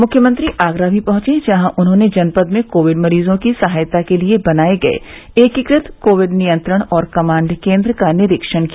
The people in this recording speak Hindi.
मुख्यमंत्री आगरा भी पहंचे जहां उन्होंने जनपद में कोविड मरीजों की सहायता के लिये बनाये गये एकीकृत कोविड नियंत्रण और कमाण्ड केन्द्र का निरीक्षण किया